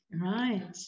right